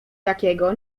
takiego